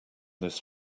this